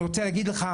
אני רוצה להגיד לך,